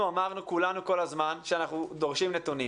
אנחנו אמרנו כולנו כל הזמן שאנחנו דורשים נתונים.